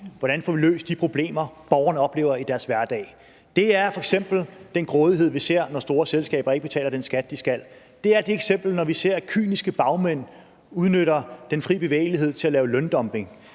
hvordan vi får løst de problemer, borgerne oplever i deres hverdag – eksempelvis den grådighed, vi ser, når store selskaber ikke betaler den skat, de skal betale; den kynisme, vi ser, når kyniske bagmænd udnytter den fri bevægelighed til at lave løndumping;